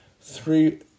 three